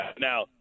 Now